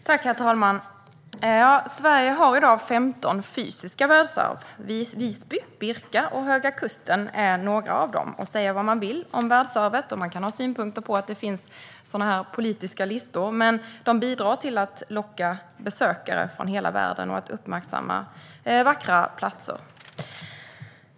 Herr talman! Sverige har i dag femton fysiska världsarv - Visby, Birka och Höga kusten är några av dem. Säga vad man vill om världsarvet, och man kan ha synpunkter på att det finns politiska listor, men de bidrar till att locka besökare från hela världen och uppmärksamma vackra platser.